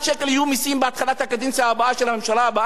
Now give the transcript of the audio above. מסים בהתחלת הקדנציה הבאה של הממשלה הבאה.